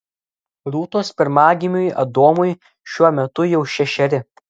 rūtos pirmagimiui adomui šiuo metu jau šešeri